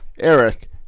Eric